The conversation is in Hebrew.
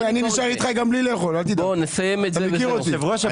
היושב ראש,